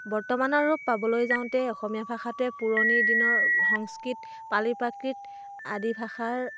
বৰ্তমানৰ ৰূপ পাবলৈ যাওঁতে অসমীয়া ভাষাটোৱে পুৰণি দিনৰ সংস্কৃত পালি প্ৰাকৃত আদি ভাষাৰ